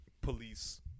police